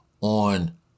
on